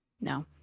No